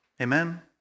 Amen